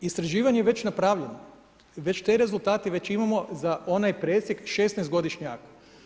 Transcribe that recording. Istraživanje je već napravljeno, već te rezultate već imamo za onaj presjek 16.-godišnjaka.